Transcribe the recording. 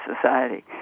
society